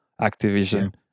Activision